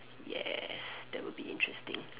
ya that would be interesting